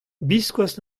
biskoazh